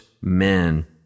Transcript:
men